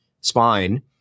spine